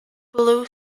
below